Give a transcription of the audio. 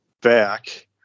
back